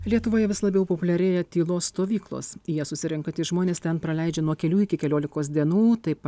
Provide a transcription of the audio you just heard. lietuvoje vis labiau populiarėja tylos stovyklos į jas susirenkantys žmonės ten praleidžia nuo kelių iki keliolikos dienų taip